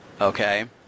Okay